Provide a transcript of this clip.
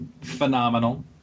phenomenal